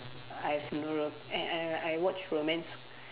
I have no I I I watch romance